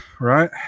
right